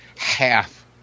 half